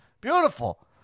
Beautiful